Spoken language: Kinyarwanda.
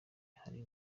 hari